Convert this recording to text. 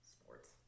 sports